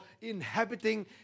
inhabiting